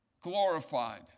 glorified